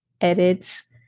edits